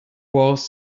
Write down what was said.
was